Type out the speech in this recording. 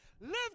live